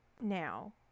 now